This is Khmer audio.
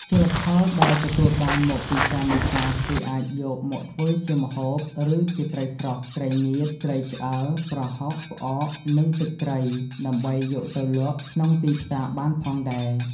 ជលផលដែលទទួលបានមកពីការនេសាទគេអាចយកមកធ្វើជាម្ហូប ឬជាត្រីស្រស់ ត្រីងៀត ត្រីឆ្អើរ ប្រហុក ផ្អក និងទឹកត្រី ដើម្បីយកទៅលក់ក្នុងទីផ្សារបានផងដែរ។